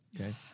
Okay